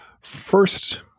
first